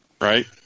right